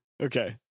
okay